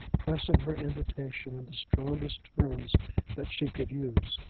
pressing her invitation in the strongest terms that she could use.